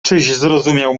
zrozumiał